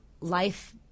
life